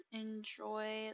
enjoy